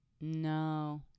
No